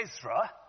Ezra